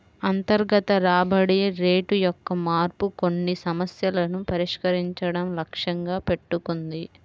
అంతర్గత రాబడి రేటు యొక్క మార్పు కొన్ని సమస్యలను పరిష్కరించడం లక్ష్యంగా పెట్టుకుంది